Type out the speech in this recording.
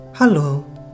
Hello